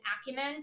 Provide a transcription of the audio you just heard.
acumen